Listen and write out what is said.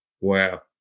Wow